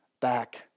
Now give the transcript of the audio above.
back